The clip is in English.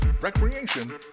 recreation